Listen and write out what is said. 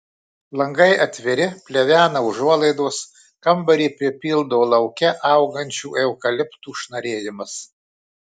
langai atviri plevena užuolaidos kambarį pripildo lauke augančių eukaliptų šnarėjimas